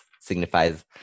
signifies